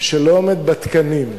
שלא עומד בתקנים,